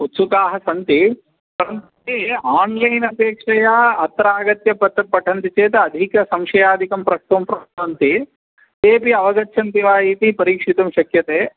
उत्सुकाः सन्ति परन्तु ते आन्लैन् अपेक्षया अत्र आगत्य पत्र पठन्ति चेत् अधिकसंशयादिकं प्रष्टुं प्रभवन्ति तेपि अवगच्छन्ति वा इति परीक्षितुं शक्यते